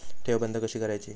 ठेव बंद कशी करायची?